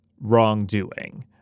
wrongdoing